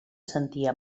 sentia